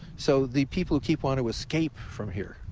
so the people who keep wanting to escape from here,